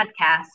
podcast